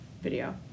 video